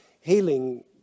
healing